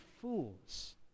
fools